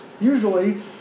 Usually